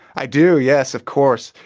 i do, yes, of course.